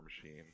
machine